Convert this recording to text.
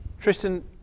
Tristan